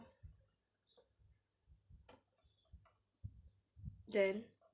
then